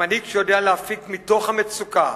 המנהיג שיודע להפיק מתוך המצוקה,